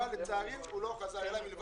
אבל, לצערי, הוא לא חזר אליי.